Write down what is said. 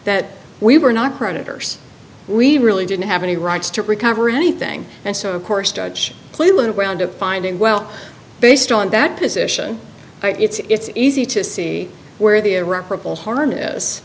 that we were not predators we really didn't have any rights to recover anything and so of course judge cleveland wound up finding well based on that position but it's easy to see where the irreparable har